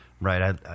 Right